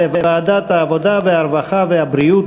בוועדת העבודה, הרווחה והבריאות